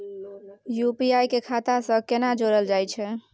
UPI के खाता सं केना जोरल जाए छै?